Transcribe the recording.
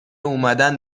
اومدن